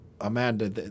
Amanda